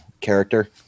character